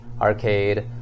arcade